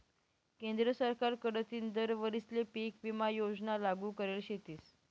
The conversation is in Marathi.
केंद्र सरकार कडथीन दर वरीसले पीक विमा योजना लागू करेल शेतीस